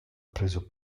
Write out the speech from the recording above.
preso